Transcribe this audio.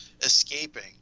escaping